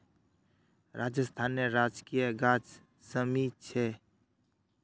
राजस्थानेर राजकीय गाछ शमी छे